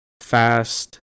fast